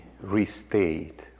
restate